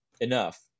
enough